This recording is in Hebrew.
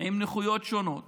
עם נכויות שונות